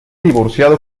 divorciado